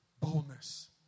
boldness